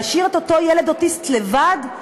להשאיר את אותו ילד אוטיסט לבד?